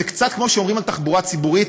זה קצת כמו שאומרים על תחבורה ציבורית,